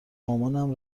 مامانم